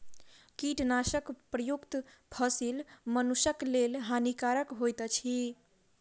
कीटनाशक प्रयुक्त फसील मनुषक लेल हानिकारक होइत अछि